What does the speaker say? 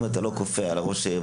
אם אתה לא כופה על ראש העיר,